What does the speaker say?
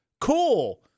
cool